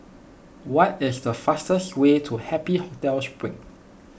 what is the fastest way to Happy Hotel Spring